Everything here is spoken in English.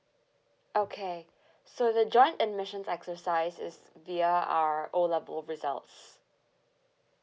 okay so the joint admissions exercise is via our O level results